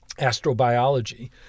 astrobiology